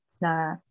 na